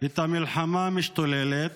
את המלחמה המשתוללת,